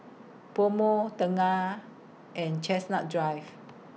Pomo Tengah and Chestnut Drive